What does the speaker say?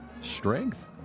strength